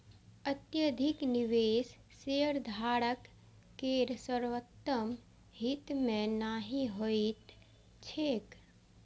अत्यधिक निवेश शेयरधारक केर सर्वोत्तम हित मे नहि होइत छैक